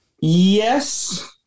Yes